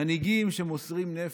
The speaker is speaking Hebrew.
מנהיגים שמוסרים נפש,